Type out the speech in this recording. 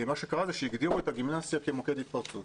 מה שקרה הוא שהגדירו הגימנסיה כמוקד התפרצות.